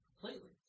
completely